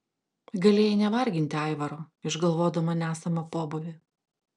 galėjai nevarginti aivaro išgalvodama nesamą pobūvį